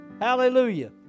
Hallelujah